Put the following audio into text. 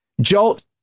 jolt